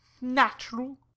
natural